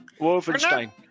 Wolfenstein